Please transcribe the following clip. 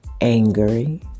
angry